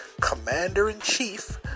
Commander-in-Chief